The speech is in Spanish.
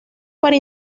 para